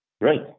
Right